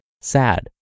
sad